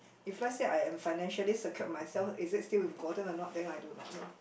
if let's say I am financially secured myself is it still important or not then I do not know